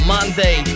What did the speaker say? Monday